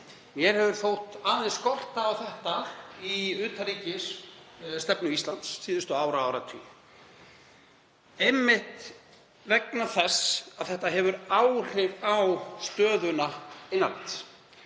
Mér hefur þótt aðeins skorta á þetta í utanríkisstefnu Íslands síðustu ár og áratugi, einmitt vegna þess að þetta hefur áhrif á stöðuna innan lands.